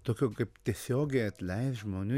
tokio kaip tiesiogiai atleist žmonių